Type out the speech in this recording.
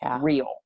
real